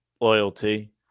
loyalty